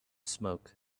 smoke